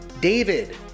David